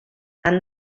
han